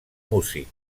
músic